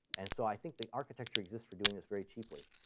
and so i think the architecture exists for doing this very cheaply.